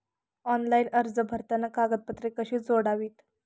Online अर्ज भरताना कागदपत्रे कशी जोडावीत?